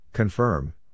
Confirm